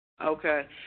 Okay